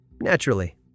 Naturally